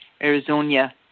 Arizona